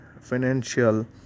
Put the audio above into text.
financial